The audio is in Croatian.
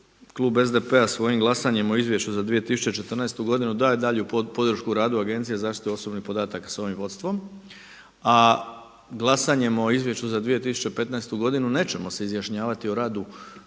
klub SDP-a svojim glasanjem o izvješću za 2014. godinu daje dalju podršku radu Agencije za zaštitu osobnih podataka sa …/Govorni se ne razumije./…vodstvom a glasanjem o izvješću za 2015. godinu nećemo se izjašnjavati o radu